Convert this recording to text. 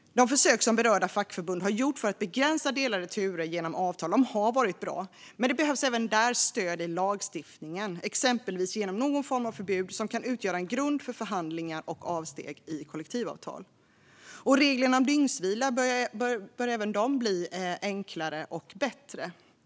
De försök som berörda fackförbund har gjort för att begränsa delade turer genom avtal har varit bra, men det behövs även där stöd i lagstiftningen, exempelvis genom någon typ av förbud som kan utgöra grund för förhandlingar och avsteg i kollektivavtal. Reglerna om dygnsvila bör även de bli enklare och bättre.